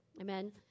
Amen